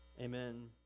Amen